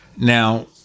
Now